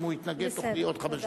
אם הוא יתנגד תוכלי עוד חמש דקות.